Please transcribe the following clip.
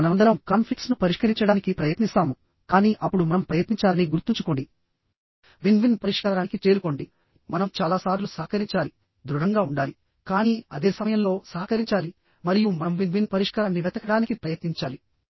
ఇప్పుడు మనమందరం కాన్ఫ్లిక్ట్స్ను పరిష్కరించడానికి ప్రయత్నిస్తాము కానీ అప్పుడు మనం ప్రయత్నించాలని గుర్తుంచుకోండివిన్ విన్ పరిష్కారానికి చేరుకోండి మనం చాలా సార్లు సహకరించాలి దృఢంగా ఉండాలి కానీ అదే సమయంలో సహకరించాలి మరియు మనం విన్ విన్ పరిష్కారాన్ని వెతకడానికి ప్రయత్నించాలి